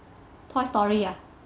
toy story ah